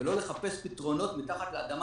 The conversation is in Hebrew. ולא לחפש פתרונות מתחת לאדמה,